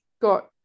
got